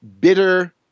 bitter